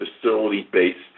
facility-based